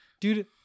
Dude